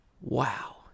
Wow